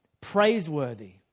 praiseworthy